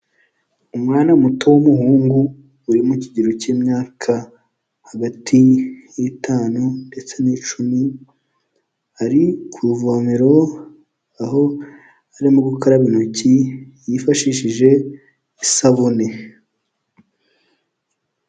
Umwana muto w'umuhungu, uri mu kigero cy'imyaka hagati y'itanu ndetse n'icumi, ari ku vomero, aho arimo gukaraba intoki yifashishije isabune.